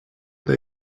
they